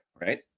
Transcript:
Right